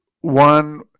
one